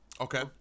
Okay